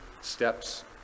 steps